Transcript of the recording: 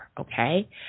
Okay